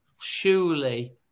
surely